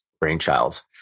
brainchild